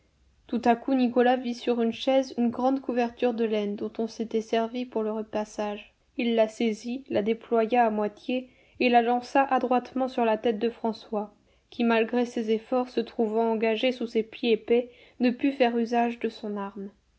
tout à coup nicolas vit sur une chaise une grande couverture de laine dont on s'était servi pour le repassage il la saisit la déploya à moitié et la lança adroitement sur la tête de françois qui malgré ses efforts se trouvant engagé sous ses plis épais ne put faire usage de son arme